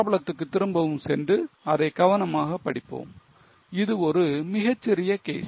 Problem துக்கு திரும்பவும் சென்று அதை கவனமாக படிப்போம் இது ஒரு மிகச் சிறிய கேஸ்